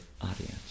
audience